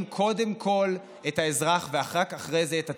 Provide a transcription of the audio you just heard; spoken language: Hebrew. קודם כול את האזרח ורק אחרי זה את עצמם.